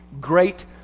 great